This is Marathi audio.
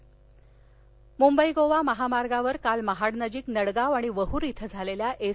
अपघात मुंबई गोवा महामार्गावर काल महाडनजिक नडगाव आणि वहर इथं झालेल्या एस